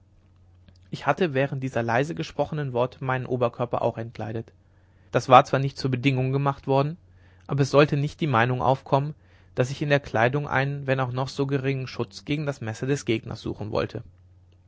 ich hatte während dieser leise gesprochenen worte meinen oberkörper auch entkleidet das war zwar nicht zur bedingung gemacht worden aber es sollte nicht die meinung aufkommen daß ich in der kleidung einen wenn auch noch so geringen schutz gegen das messer des gegners suchen wolle